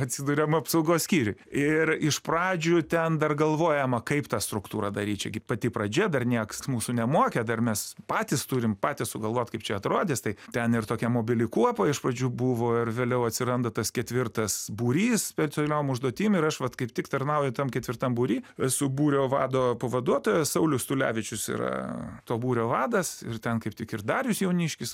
atsidūrėm apsaugos skyriuj ir iš pradžių ten dar galvojama kaip tą struktūrą daryt čiagi pati pradžia dar niekas mūsų nemokė dar mes patys turim patys sugalvot kaip čia atrodys tai ten ir tokia mobili kuopa iš pradžių buvo ir vėliau atsiranda tas ketvirtas būrys specialiom užduotim ir aš vat kaip tik tarnauju tam ketvirtam būry esu būrio vado pavaduotojas saulius tulevičius yra to būrio vadas ir ten kaip tik ir darius jauniškis